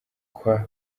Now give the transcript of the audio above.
kwa